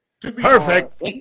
perfect